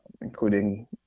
including